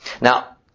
Now